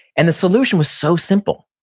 and the solution was so simple.